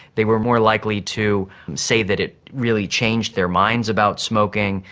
they were more likely to say that it really changed their minds about smoking,